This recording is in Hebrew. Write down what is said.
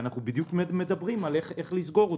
ואנחנו בדיוק מדברים איך לסגור אותם.